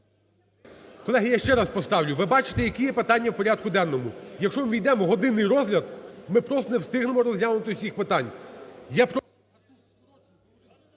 Колеги, я ще раз поставлю. Ви бачите, які є питання в порядку денному. Якщо ми увійдемо в годинний розгляд, ми просто не встигнемо розглянути всіх питань.